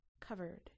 covered